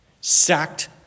sacked